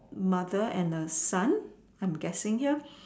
mother and a son I'm guessing here